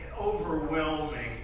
overwhelming